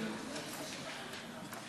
כנוסח הוועדה.